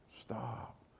stop